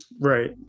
right